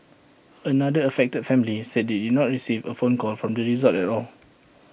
another affected family said they did not receive A phone call from the resort at all